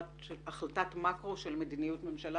החלטת מקרו של מדיניות ממשלה.